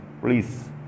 Please